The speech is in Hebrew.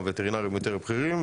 והווטרינרים בכירים יותר,